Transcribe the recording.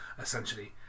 essentially